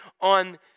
on